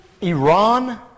Iran